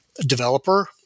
developer